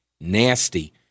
nasty